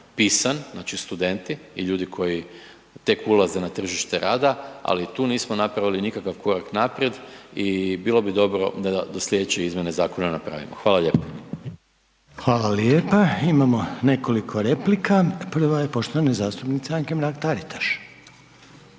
pisan, znači studenti i ljudi tek ulaze na tržište rada ali tu nismo napravili nikakav korak naprijed i bilo bi dobro da do slijedeće izmjene zakona napravimo. Hvala lijepo. **Reiner, Željko (HDZ)** Hvala lijepo. Imamo nekoliko replika. Prva je poštovane zastupnice Anke Mrak Taritaš.